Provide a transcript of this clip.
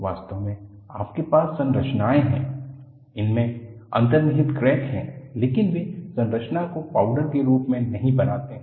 वास्तव में आपके पास संरचनाएं हैं उनमें अंतर्निहित क्रैक है लेकिन वे संरचना को पाउडर के रूप में नहीं बनाते हैं